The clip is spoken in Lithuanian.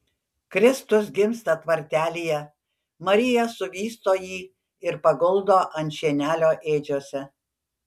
kristus gimsta tvartelyje marija suvysto jį ir paguldo ant šienelio ėdžiose